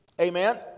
amen